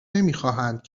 نمیخواهند